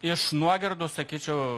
iš nuogirdų sakyčiau